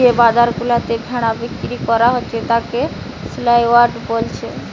যে বাজার গুলাতে ভেড়া বিক্রি কোরা হচ্ছে তাকে সেলইয়ার্ড বোলছে